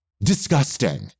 Disgusting